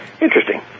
Interesting